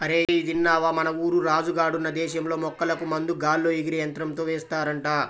అరేయ్ ఇదిన్నవా, మన ఊరు రాజు గాడున్న దేశంలో మొక్కలకు మందు గాల్లో ఎగిరే యంత్రంతో ఏస్తారంట